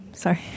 Sorry